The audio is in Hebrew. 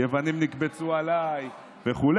יוונים נקבצו עליי וכו'.